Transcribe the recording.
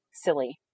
silly